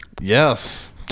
Yes